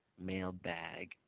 Mailbag